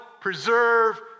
preserve